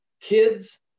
kids